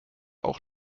auch